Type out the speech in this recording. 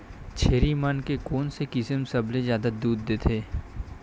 छेरी मन के कोन से किसम सबले जादा दूध देथे?